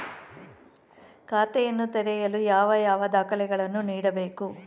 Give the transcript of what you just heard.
ಖಾತೆಯನ್ನು ತೆರೆಯಲು ಯಾವ ಯಾವ ದಾಖಲೆಗಳನ್ನು ನೀಡಬೇಕು?